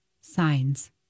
signs